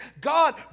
God